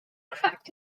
cracked